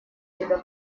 тебя